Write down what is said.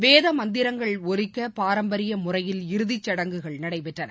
வேதமந்திரங்கள் ஒலிக்க பாரம்பரிய முறையில் இறுதிச்சடங்குகள் நடைபெற்றது